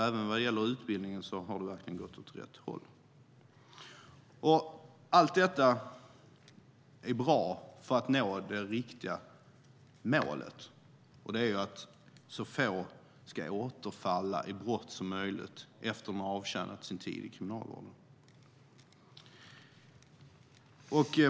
Även när det gäller utbildning har det verkligen gått åt rätt håll. Allt detta är bra för att nå det riktiga målet, som är att så få som möjligt ska återfalla i brott efter det att man har avtjänat sin tid i kriminalvården.